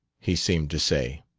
he seemed to say